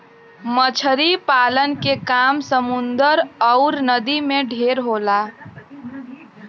मछरी पालन के काम समुन्दर अउर नदी में ढेर होला